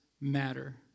matter